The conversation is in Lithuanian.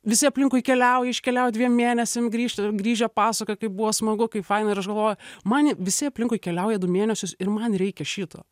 visi aplinkui keliauja iškeliauja dviem mėnesiam grįžt grįžę pasakoja kaip buvo smagu kaip faina ir aš galvoju man visi aplinkui keliauja du mėnesius ir man reikia šito